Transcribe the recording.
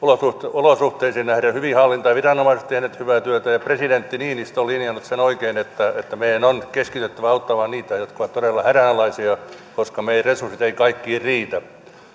olosuhteisiin nähden hyvin hallintaan ja viranomaiset ovat tehneet hyvää työtä ja presidentti niinistö on linjannut sen oikein että että meidän on keskityttävä auttamaan niitä jotka ovat todella hädänalaisia koska meidän resurssimme eivät kaikkiin riitä